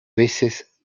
veces